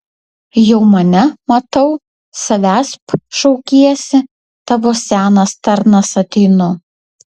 jau mane matau savęsp šaukiesi tavo senas tarnas ateinu